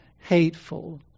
hateful